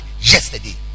yesterday